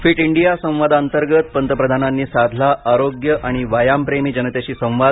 fit India संवादाअंतर्गत पंतप्रधानांनी साधला आरोग्य आणि व्यायाम प्रेमी जनतेशी संवाद